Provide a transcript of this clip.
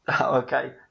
Okay